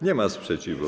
Nie ma sprzeciwu?